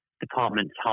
departments